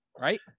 right